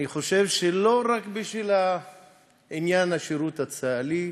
אני חושב שזה לא רק בשביל עניין השירות הצה"לי,